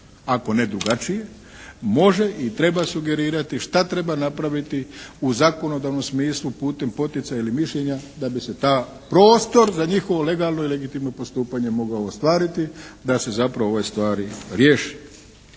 ako ne drugačije može i treba sugerirati šta treba napraviti u zakonodavnom smislu putem poticaja ili mišljenja da bi se ta prostor za njihovo legalno i legitimno postupanje mogao ostvariti. Da se zapravo ove stvari riješi.